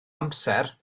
amser